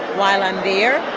while i'm there,